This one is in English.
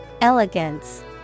Elegance